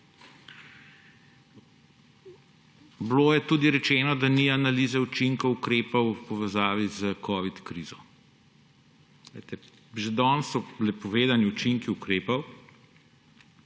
bilo tudi, da ni analize učinkov ukrepov v povezavi s covid krizo. Že danes so bili povedani učinki ukrepov.